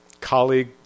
colleague